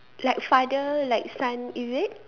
like father like son is it